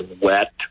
wet